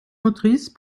motrice